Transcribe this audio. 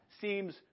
seems